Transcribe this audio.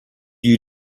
you